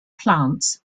plants